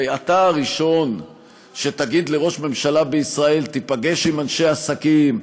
אתה הראשון שתגיד לראש ממשלה בישראל: תיפגש עם אנשי עסקים,